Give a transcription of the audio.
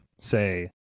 say